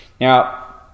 Now